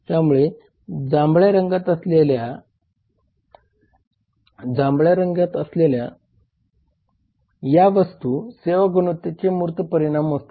त्यामुळे जांभळ्या रंगात असलेल्या या वस्तू सेवा गुणवत्तेचे मूर्त परिमाण मोजतात